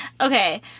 Okay